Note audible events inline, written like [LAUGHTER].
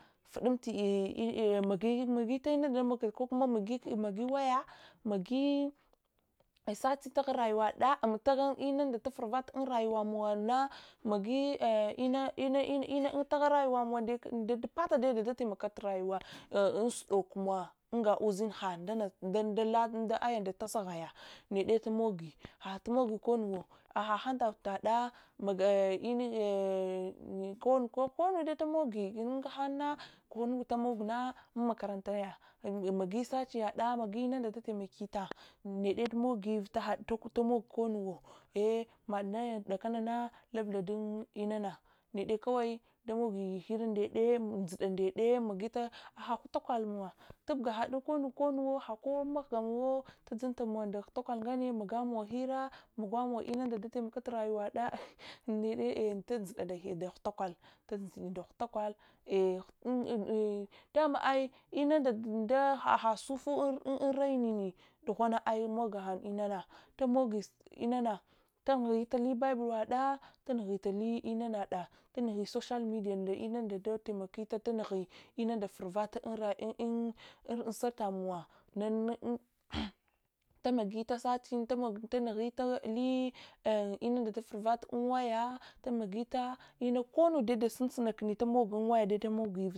[HESITATION] magit munda damogi magi waya magi searching taghun inunda tafara vata unrayuwamowna magi ina’ina ina’ina taghun rayuwamowa dai part dai datamok turayuwa unsudokomuwa unga ushinha ndana ndalat aya da dzaghaya need tumoyi hatumogu konnuwudo ahad hand ouldaɗa [HESITATION] kon, konnude tamogi inuga hanna konutaniogna unmakarantaya magi search-chigaɗa magi inuda dataimaki ta need tumogi vita hadtok tomog konnuwuwo ow madna kanana labla dun ina ebe magita aha ghuta ku ale mowa tubga hadu konu konuwo hakowa mangamowo tadzanta amowa nda ghuta kwal nganne magamai hira magamow inunɗa tahaha sunfa unrane dughawo ai moghan inana tamogi inana lunughilili hible laɗa tunughro manada tunughili social media nda kunde dataimakita tunughi inunɗa faravata [HESITATION] unsarta mowa [HESITATION] tamagito searching lamog tanughita li en’ inunda tafaravata unwaya magita konnude dasunsunak ne tamog unwayade tamogi.